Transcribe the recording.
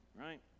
right